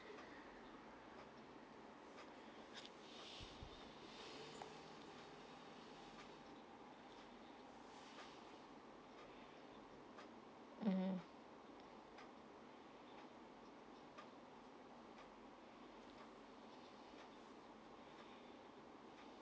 mm